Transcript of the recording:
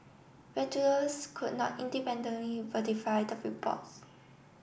Reuters could not independently verify the reports